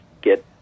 get